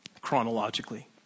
chronologically